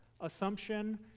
assumption